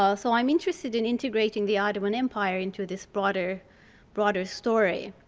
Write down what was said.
ah so i'm interested in integrating the ottoman empire into this broader broader story.